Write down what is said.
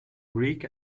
greek